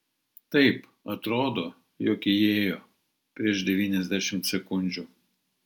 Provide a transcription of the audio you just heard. taip atrodo jog įėjo prieš devyniasdešimt sekundžių